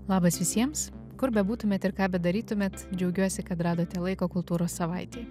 labas visiems kur bebūtumėt ir ką bedarytumėt džiaugiuosi kad radote laiko kultūros savaitei